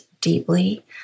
deeply